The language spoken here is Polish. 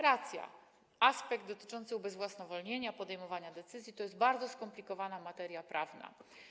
Racja, aspekt dotyczący ubezwłasnowolnienia, podejmowania decyzji to jest bardzo skomplikowana materia prawna.